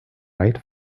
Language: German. weit